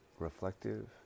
reflective